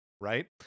right